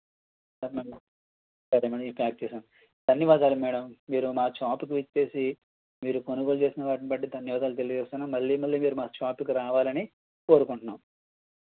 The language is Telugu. సరే మ్యాడమ్ ఇవి ప్యాక్ చేశాం ధన్యవాదాలు మ్యాడమ్ మీరు మా షాపుకు విచ్చేసి మీరు కొనుగోలు చేసిన దాన్నిబట్టి ధన్యవాదాలు తెలియజేస్తున్నాం మళ్ళీ మళ్ళీ మీరు మా షాపుకు రావాలని కోరుకుంటున్నాం